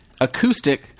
Acoustic